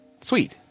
sweet